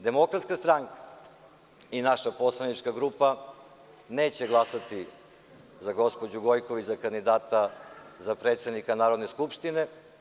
Demokratska stranka i naša poslanička grupa neće glasati za gospođu Gojković za kandidata za predsednika Narodne skupštine.